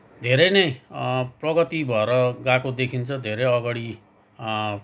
धेरै नै प्रगति भएर गएको देखिन्छ धेरै अगाडि